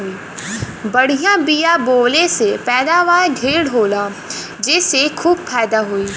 बढ़िया बिया बोवले से पैदावार ढेर होला जेसे खूब फायदा होई